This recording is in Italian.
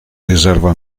riserva